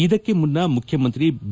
ಇದಕ್ಕೆ ಮುನ್ನ ಮುಖ್ಯಮಂತ್ರಿ ಬಿ